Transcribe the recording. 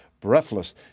Breathless